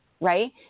right